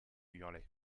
hurlaient